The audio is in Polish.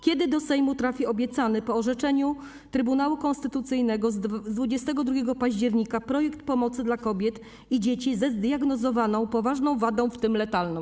Kiedy do Sejmu trafi obiecany po orzeczeniu Trybunału Konstytucyjnego z 22 października projekt pomocy dla kobiet i dzieci ze zdiagnozowaną poważną wadą, w tym letalną?